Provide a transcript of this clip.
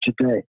today